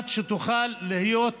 שתוכל להיות